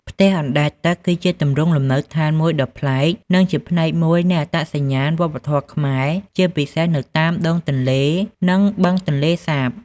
ផ្ទះអណ្ដែតទឹក គឺជាទម្រង់លំនៅឋានមួយដ៏ប្លែក និងជាផ្នែកមួយនៃអត្តសញ្ញាណវប្បធម៌ខ្មែរ ជាពិសេសនៅតាមដងទន្លេ និងបឹងទន្លេសាប។